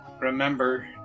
remember